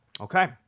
Okay